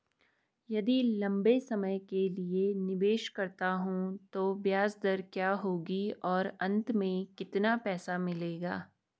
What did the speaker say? यदि लंबे समय के लिए निवेश करता हूँ तो ब्याज दर क्या होगी और अंत में कितना पैसा मिलेगा?